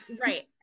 right